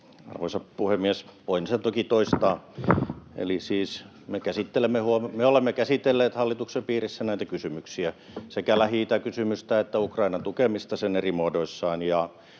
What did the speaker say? Arvoisa puhemies! Voin sen toki toistaa, eli siis me olemme käsitelleet hallituksen piirissä näitä kysymyksiä, sekä Lähi-idän kysymystä että Ukrainan tukemista sen eri muodoissa,